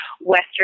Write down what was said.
Western